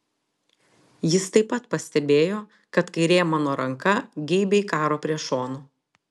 jis taip pat pastebėjo kad kairė mano ranka geibiai karo prie šono